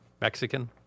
Mexican